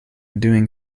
doing